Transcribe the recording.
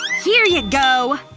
here you go!